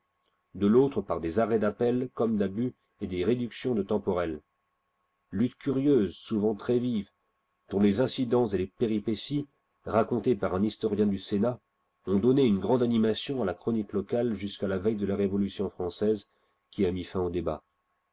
de l'autre par des arrêts d'appel comme d'abus et des réductions de temporel lutte curieuse souvent très vive dont les incidents et les péripéties raccontés par un historien du sénat ont donné une grande animation à la chronique locale jusqu'à la veille de la révolution française qui a mis fin au débat